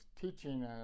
teaching